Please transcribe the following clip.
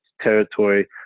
territory